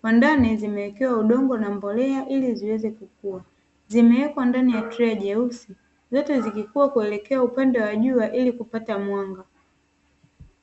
kwa ndani zimewekewa udongo na mbolea ili ziweze kukua, zimewekwa ndani ya trei jeusi zote zikikua kuelekea upande wa jua ili kupata mwanga.